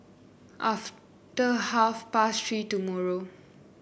after half past Three tomorrow